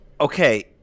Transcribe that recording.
okay